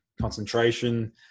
concentration